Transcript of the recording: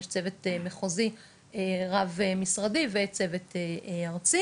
יש צוות מחוזי רב-משרדי וצוות ארצי